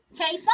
okay